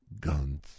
Guns